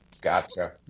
Gotcha